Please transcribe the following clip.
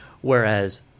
Whereas